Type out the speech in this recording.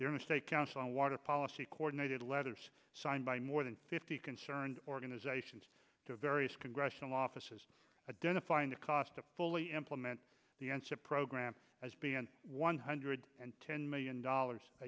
their mistake ounce and water policy coordinated letters signed by more than fifty concerned organizations to various congressional offices identifying the cost to fully implement the answer program has been one hundred and ten million dollars a